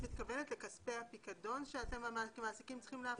את מתכוונת לכספי הפיקדון שאתם המעסיקים צריכים להפריש?